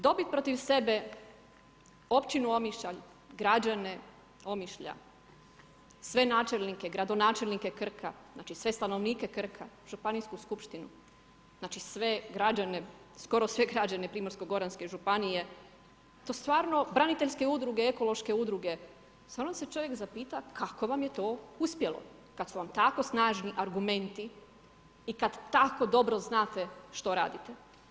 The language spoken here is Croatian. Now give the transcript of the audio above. Dobit protiv sebe općinu Omišalj, građane Omišlja, sve načelnike, gradonačelnike Krka, znači sve stanovnike Krka, županijsku skupštinu, znači sve građane, skoro sve građane Primorsko goranske županije, to stvarno braniteljske udruge, ekološke udruge, stvarno se čovjek zapita, kako vam je to uspjelo, kada su vam tako snažni argumenti i kad tako dobro znate što radite.